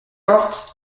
portes